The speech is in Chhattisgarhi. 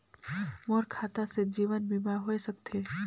मोर खाता से जीवन बीमा होए सकथे?